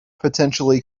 potentially